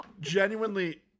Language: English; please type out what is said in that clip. Genuinely